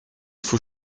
faut